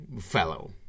fellow